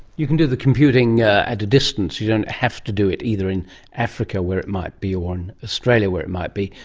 you can do the computing at a distance, you don't have to do it either in africa where it might be or australia where it might be,